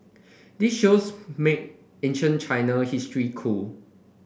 this shows made ancient China history cool